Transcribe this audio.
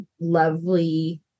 lovely